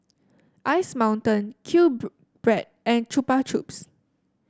Ice Mountain Q Bread and Chupa Chups